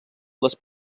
les